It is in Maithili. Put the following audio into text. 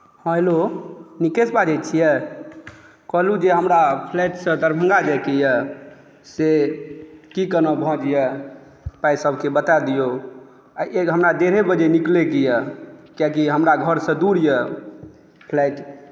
हेलो निकेश बाजै छियै कहलहुँ जे हमरा फ्लाइट से दरभङ्गा जाएके यऽ से की केना भांज यऽ पाइ सभकेँ बता दिऔ आ हमरा ड़ेढे बजे निकलएके यऽ कियाकि हमरा घरसँ दूर यऽ फ्लाइट